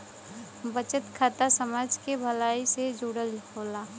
बचत खाता समाज के भलाई से जुड़ल होला